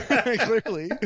clearly